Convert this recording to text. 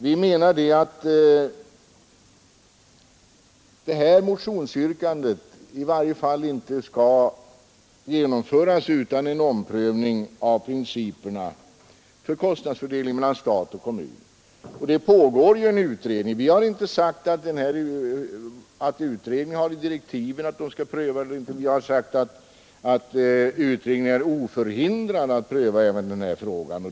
Vi menar att motionsyrkandet i varje fall inte bör genomföras utan en omprövning av principerna för kostnadsfördelningen mellan stat och kommun. Det pågår ju en utredning. Vi har inte sagt att det står i utredningens direktiv att den skall pröva frågan, utan vi har sagt att utredningen är oförhindrad att pröva även den här frågan.